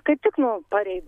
kaip tik nu parei